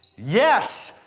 yes!